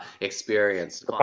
experience